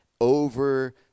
over